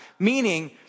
Meaning